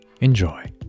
enjoy